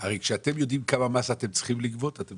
אבל כשאתם יודעים כמה מס אתם צריכים לגבות, אתם